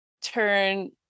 turn